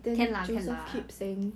can lah can lah